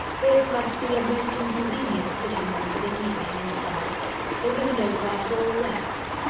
this must be a most inconvenient sitting room for the evening, in summer the windows are full west.